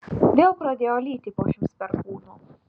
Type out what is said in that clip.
vėl pradėjo lyti po šimts perkūnų